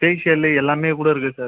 facial எல்லாமே கூட இருக்கு சார்